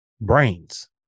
brains